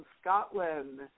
Scotland